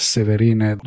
Severine